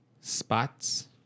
spots